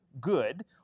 good